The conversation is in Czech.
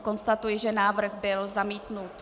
Konstatuji, že návrh byl zamítnut.